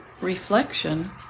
reflection